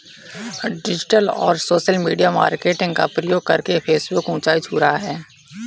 digital और social media marketing का प्रयोग करके फेसबुक ऊंचाई छू रहा है